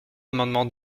amendement